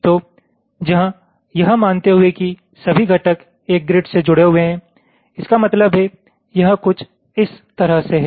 तो जहां यह मानते हुए कि सभी घटक एक ग्रिड से जुड़े हुए हैं इसका मतलब है कि यह कुछ इस तरह से है